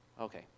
okay